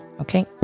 Okay